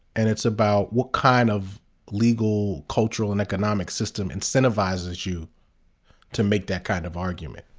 and it's about what kind of legal, cultural, and economic system incentivizes you to make that kind of argument.